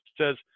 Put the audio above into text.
says